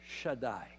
Shaddai